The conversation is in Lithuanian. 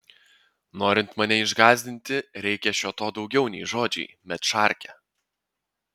norint mane išgąsdinti reikia šio to daugiau nei žodžiai medšarke